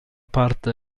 parte